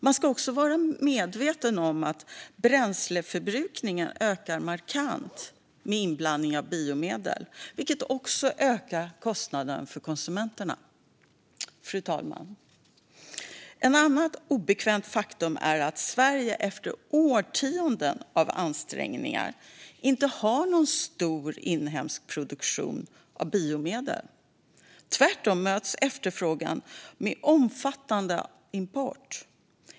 Man ska också vara medveten om att bränsleförbrukningen ökar markant med inblandning av biobränsle, vilket också ökar kostnaderna för konsumenterna. Fru talman! Ett annat obekvämt faktum är att Sverige efter årtionden av ansträngningar inte har någon stor inhemsk produktion av biodrivmedel. Tvärtom möts efterfrågan med omfattande import.